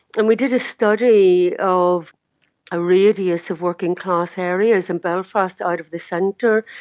and we did a study of a radius of working class areas in belfast out of the centre,